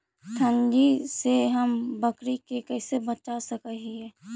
ठंडी से हम बकरी के कैसे बचा सक हिय?